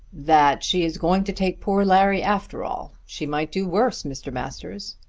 that she is going to take poor larry after all. she might do worse, mr. masters.